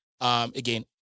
again